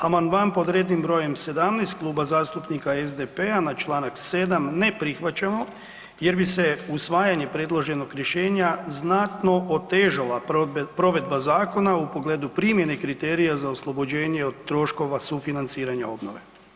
Amandman pod rednim brojem 17 Kluba zastupnika SDP-a na čl. 7., ne prihvaćamo jer bi se usvajanje predloženog rješenja znatno otežala provedba zakona u pogledu primjene kriterija za oslobođenje od troškova sufinanciranja obnove.